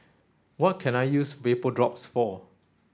what can I use Vapodrops for